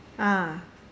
ah